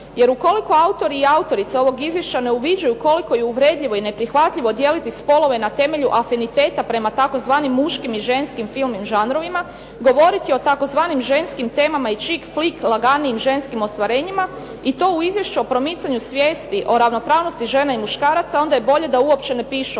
Jer ukoliko autori i autorice ovog izvješća ne uviđaju koliko je uvredljivo i neprihvatljivo dijeliti spolove na temelju afiniteta prema tzv. muškim i ženskim filmskim žanrovima, govoriti o tzv. ženskim temama i chik flick laganijim ženskim ostvarenjima i to u Izvješću o promicanju svijesti o ravnopravnosti žena i muškaraca, onda je bolje da uopće ne pišu